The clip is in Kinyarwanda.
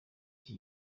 iki